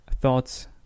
thoughts